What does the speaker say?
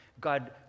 God